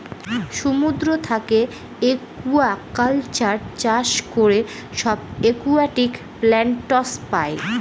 সমুদ্র থাকে একুয়াকালচার চাষ করে সব একুয়াটিক প্লান্টস পাই